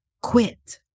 quit